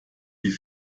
die